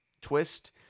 twist